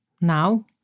now